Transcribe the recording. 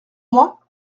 moi